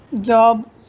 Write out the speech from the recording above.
job